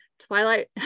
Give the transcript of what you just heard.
Twilight